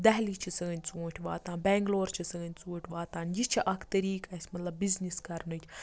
دہلی چھِ سٲنۍ ژونٛٹھۍ واتان بینٛگلور چھِ سٲنٛۍ ژونٛٹھۍ واتان یہِ چھُ اکھ طٔریقہ اَسہِ مَطلَب بِزنٮ۪س کَرنٕکۍ